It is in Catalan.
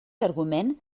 argument